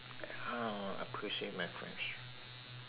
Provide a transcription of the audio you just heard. uh appreciate in my friends